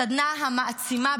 הסדנה מעצימה,